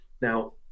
Now